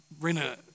Rena